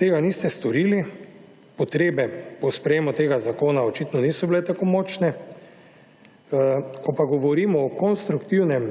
tega niste storili, potrebe po sprejemu tega zakona očitno niso bile tako močne. Ko pa govorimo o konstruktivnem